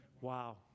Wow